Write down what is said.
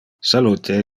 salute